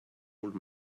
old